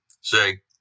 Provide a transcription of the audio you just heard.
say